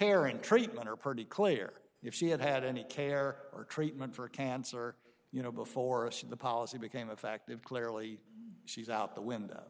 and treatment are pretty clear if she had had any care or treatment for cancer you know before the policy became effective clearly she's out the window